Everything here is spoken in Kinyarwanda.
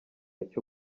icyo